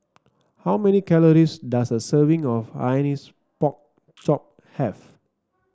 how many calories does a serving of Hainanese Pork Chop have